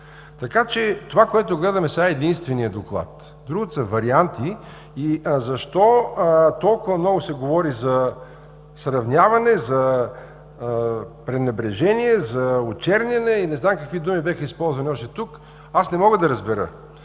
събрание. Това, което гледаме сега, е единственият доклад. Другото са варианти. Защо толкова много се говори за сравняване, за пренебрежение, за очерняне, не зная какви други думи бяха използвани тук. Не мога да разбера.